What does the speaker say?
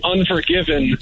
Unforgiven